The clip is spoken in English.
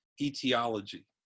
etiology